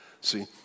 See